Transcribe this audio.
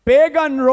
Pagan